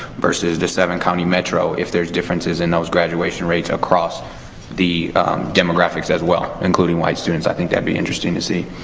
versus the seven county metro, if there's differences in those graduation rates across the demographics, as well. including white students. i think that'd be interesting to see.